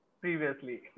previously